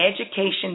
education